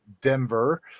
Denver